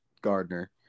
Gardner